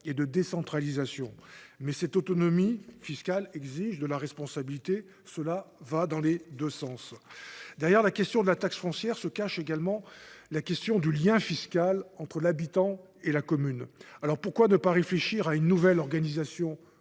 et de décentralisation. Mais cette autonomie fiscale exige de la responsabilité. Les choses vont dans les deux sens. Derrière la question de la taxe foncière se cache également celle du lien fiscal entre l’habitant et la commune. Pourquoi, dès lors, ne pas réfléchir à une nouvelle organisation